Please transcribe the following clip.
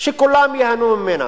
שכולם ייהנו ממנה.